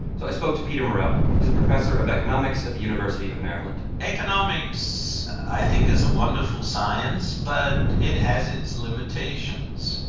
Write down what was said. so i spoke to peter murrell. murrell. he's a professor of economics at the university of maryland economics, i think, is a wonderful science. but it has its limitations.